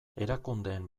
erakundeen